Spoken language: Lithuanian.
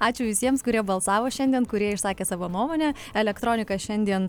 ačiū visiems kurie balsavo šiandien kurie išsakė savo nuomonę elektronika šiandien